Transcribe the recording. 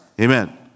Amen